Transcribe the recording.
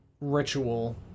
Ritual